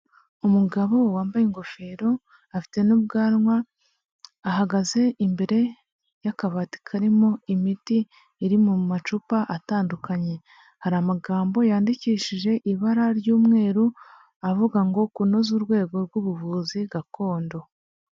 Umugabo wambaye ingofero afite n'ubwanwa, ahagaze imbere y'akabati karimo imiti iri mu macupa atandukanye, hari amagambo yandikishije ibara ry'umweru, avuga ngo kunoza urwego rw'ubuvuzi gakondo.